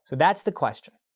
so that's the question.